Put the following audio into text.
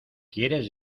quieres